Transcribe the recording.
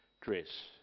dress